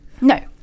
no